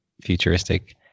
futuristic